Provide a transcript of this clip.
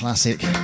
classic